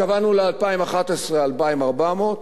קבענו ל-2011, 2,400,